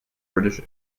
british